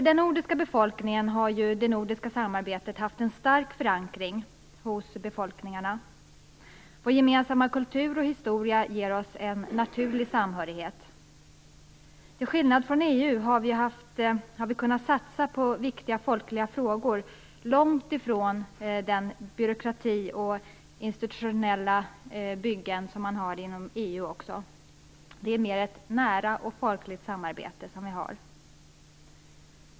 Det nordiska samarbetet har haft en stark förankring hos de nordiska befolkningarna. Vår gemensamma kultur och historia ger oss en naturlig samhörighet. Till skillnad från EU har vi kunnat satsa på viktiga folkliga frågor, långt ifrån den byråkrati och de institutionella byggen man har inom EU. Det nordiska samarbetet är mer nära och folkligt.